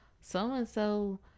so-and-so